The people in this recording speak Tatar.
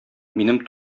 минем